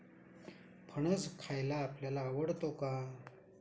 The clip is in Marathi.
फणस खायला आपल्याला आवडतो का?